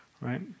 right